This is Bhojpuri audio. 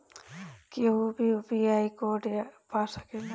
केहू भी यू.पी.आई कोड पा सकेला?